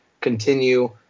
continue